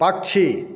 पक्षी